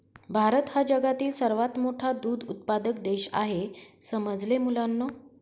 भारत हा जगातील सर्वात मोठा दूध उत्पादक देश आहे समजले मुलांनो